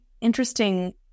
interesting